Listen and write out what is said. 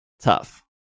tough